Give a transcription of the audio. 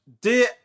Dear